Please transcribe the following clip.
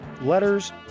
letters